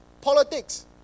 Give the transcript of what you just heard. politics